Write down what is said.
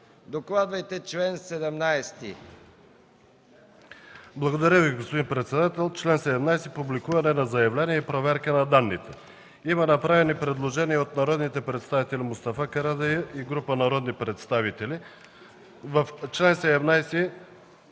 МУСТАФА КАРАДАЙЪ: Благодаря Ви, господин председател. „Член 17 – Публикуване на заявленията и проверка на данните” Има направено предложение от народните представители Мустафа Карадайъ и група народни представители: „В чл. 17